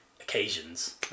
occasions